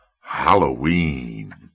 Halloween